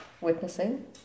witnessing